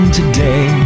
today